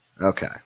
Okay